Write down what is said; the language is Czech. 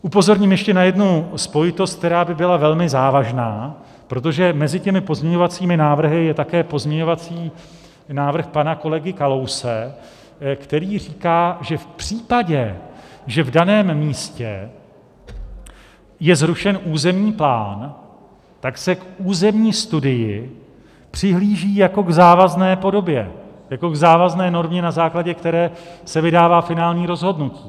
Upozorním ještě na jednu spojitost, která by byla velmi závažná, protože mezi pozměňovacími návrhy je také pozměňovací návrh pana kolegy Kalouse, který říká, že v případě, že v daném místě je zrušen územní plán, tak se k územní studii přihlíží jako k závazné podobě, jako k závazné normě, na základě které se vydává finální rozhodnutí.